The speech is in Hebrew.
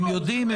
הם יודעים.